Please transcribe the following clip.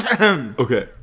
Okay